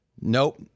Nope